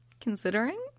Considering